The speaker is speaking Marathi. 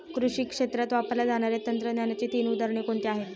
कृषी क्षेत्रात वापरल्या जाणाऱ्या तंत्रज्ञानाची तीन उदाहरणे कोणती आहेत?